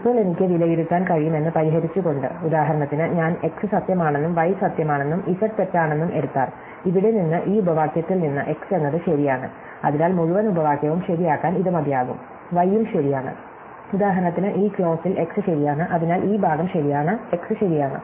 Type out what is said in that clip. ഇപ്പോൾ എനിക്ക് വിലയിരുത്താൻ കഴിയുമെന്ന് പരിഹരിച്ചുകൊണ്ട് ഉദാഹരണത്തിന് ഞാൻ x സത്യമാണെന്നും y സത്യമാണെന്നും z തെറ്റാണെന്നും എടുത്താൽ ഇവിടെ നിന്ന് ഈ ഉപവാക്യത്തിൽ നിന്ന് x എന്നത് ശരിയാണ് അതിനാൽ മുഴുവൻ ഉപവാക്യവും ശരിയാക്കാൻ ഇത് മതിയാകും y യും ശരിയാണ് ഉദാഹരണത്തിന് ഈ ക്ലോസിൽ x ശരിയാണ് അതിനാൽ ഈ ഭാഗം ശരിയാണ് x ശരിയാണ്